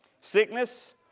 Sickness